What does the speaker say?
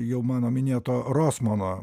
jau mano minėto rosmano